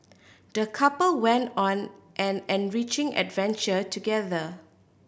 the couple went on an enriching adventure together